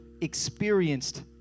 experienced